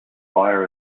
via